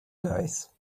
guys